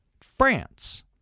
france